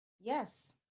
Yes